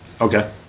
Okay